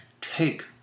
take